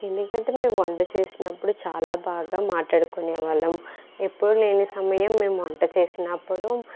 ఎందుకంటే మేము వంట చేసినప్పుడు చాలా బాగా మాట్లాడుకునేవాళ్ళం ఎప్పుడు లేని సమయం మేము వంట చేసినప్పుడు